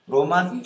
Roman